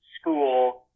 school